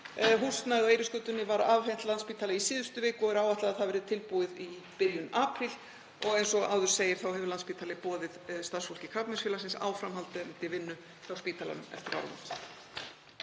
Húsnæðið á Eiríksgötunni var afhent Landspítala í síðustu viku og er áætlað að það verði tilbúið í byrjun apríl. Eins og áður segir hefur Landspítali boðið starfsfólki Krabbameinsfélagsins áframhaldandi vinnu hjá spítalanum eftir áramót.